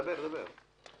דבר, דבר.